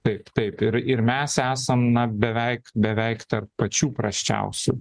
taip taip ir ir mes esam na beveik beveik tarp pačių prasčiausių